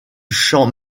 champ